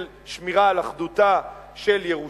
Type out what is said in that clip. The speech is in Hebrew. בין שזה העיקרון של שמירה על אחדותה של ירושלים,